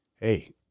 hey